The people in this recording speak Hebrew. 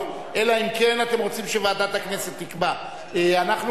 (השבה ליורשים והקדשה למטרות סיוע והנצחה)